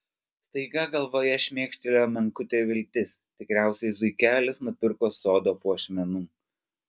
staiga galvoje šmėkštelėjo menkutė viltis tikriausiai zuikelis nupirko sodo puošmenų